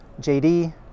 JD